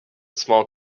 small